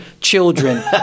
children